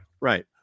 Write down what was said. Right